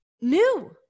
new